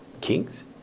Kings